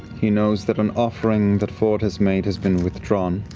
he knows that an offering that fjord has made has been withdrawn.